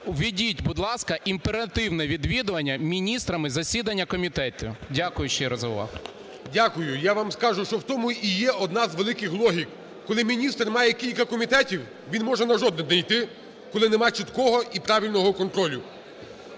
введіть, будь ласка, імперативне відвідування міністрами засідань комітетів. Дякую щиро за увагу. ГОЛОВУЮЧИЙ. Дякую. Я вам скажу, що в тому і є одна з великих логік: коли міністр має кілька комітетів, він може на жоден не йти, коли немає чіткого і правильного контролю.